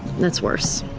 that's worse.